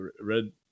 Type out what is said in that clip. Red